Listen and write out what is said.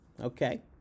Okay